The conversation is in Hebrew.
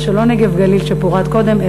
לא רק נגב-גליל שפורט קודם,